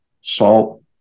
salt